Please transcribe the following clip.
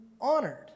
honored